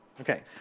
Okay